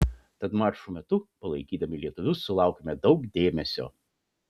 tad mačų metu palaikydami lietuvius sulaukėme daug dėmesio